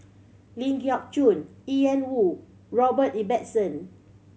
Ling Geok Choon Ian Woo Robert Ibbetson